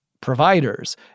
Providers